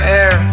air